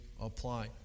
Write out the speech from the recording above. Apply